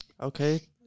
Okay